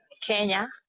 kenya